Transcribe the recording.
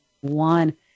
one